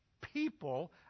people